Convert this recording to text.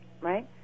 right